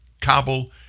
Kabul